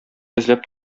эзләп